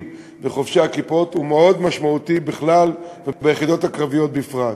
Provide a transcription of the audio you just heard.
וחובשי הכיפות הוא מאוד משמעותי בכלל וביחידות הקרביות בפרט.